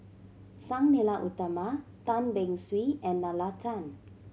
Sang Nila Utama Tan Beng Swee and Nalla Tan